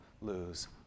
lose